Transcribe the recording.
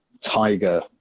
tiger